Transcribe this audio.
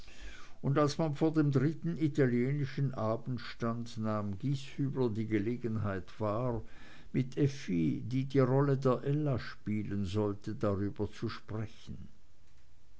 und als man vor dem dritten italienischen abend stand nahm gieshübler die gelegenheit wahr mit effi die die rolle der ella spielen sollte darüber zu sprechen